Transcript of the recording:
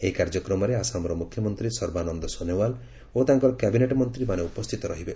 ଏହି କାର୍ଯ୍ୟକ୍ରମରେ ଆସାମର ମୁଖ୍ୟମନ୍ତ୍ରୀ ସର୍ବାନନ୍ଦ ସୋନୋୱାଲ୍ ଓ ତାଙ୍କର କ୍ୟାବିନେଟ୍ ମନ୍ତ୍ରୀମାନେ ଉପସ୍ଥିତ ରହିବେ